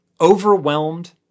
overwhelmed